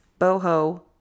boho